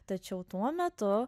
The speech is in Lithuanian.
tačiau tuo metu